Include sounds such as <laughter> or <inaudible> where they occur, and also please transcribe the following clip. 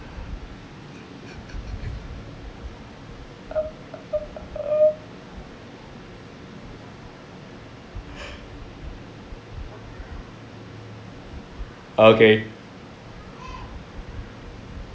<laughs> okay